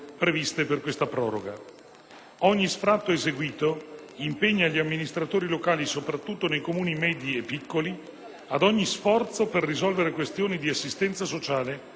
Ogni sfratto eseguito impegna gli amministratori locali, soprattutto nei Comuni medi e piccoli, ad ogni sforzo per risolvere questioni di assistenza sociale non sempre rimediabili.